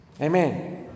Amen